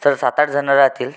sir सात आठ जणं राहतील